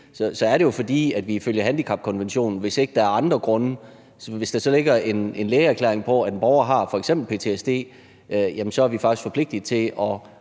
så er det jo, fordi vi ifølge handicapkonventionen, hvis ikke der er andre grunde, skal det. Hvis der ligger en lægeerklæring på, at en borger f.eks. har ptsd, jamen så er vi faktisk forpligtet til at